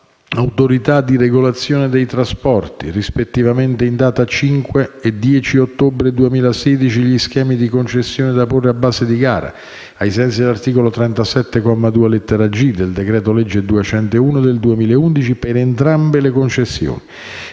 all'Autorità di regolazione dei trasporti (ART), rispettivamente in data 5 e 10 ottobre 2016, gli schemi di concessione da porre a base di gara, ai sensi dell'articolo 37, comma 2, lettera *g)* del decreto legge n. 201 del 2011, per entrambe le concessioni;